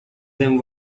them